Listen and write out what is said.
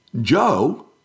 Joe